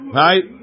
right